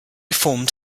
formed